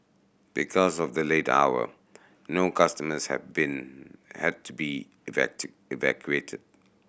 because of the late hour no customers have been had to be evacuated